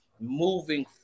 moving